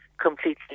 completely